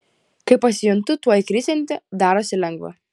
kai pasijuntu tuoj krisianti darosi lengva